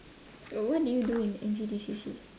uh what did you do in N_C_D_C_C